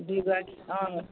দুয়োগৰাকী অঁ